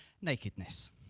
nakedness